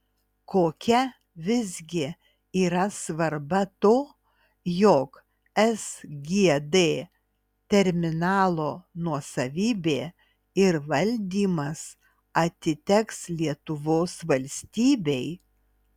kokia visgi yra svarba to jog sgd terminalo nuosavybė ir valdymas atiteks lietuvos valstybei